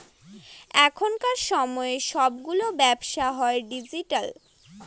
এখনকার সময় সবগুলো ব্যবসা হয় ডিজিটাল